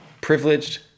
privileged